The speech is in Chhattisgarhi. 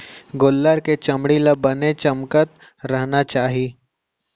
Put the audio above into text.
गोल्लर के चमड़ी ल बने चमकत रहना चाही